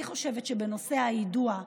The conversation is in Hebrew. אני חושבת שבנושא היידוע,